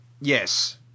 Yes